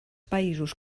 països